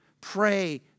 pray